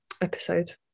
episode